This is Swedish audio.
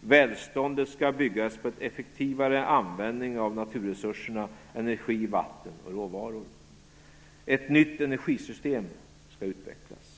Välståndet skall byggas på en effektivare användning av naturresurserna - Ett nytt energisystem skall utvecklas.